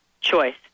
choice